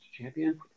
champion